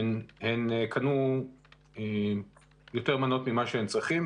הן קנו יותר מנות ממה שהם צריכים.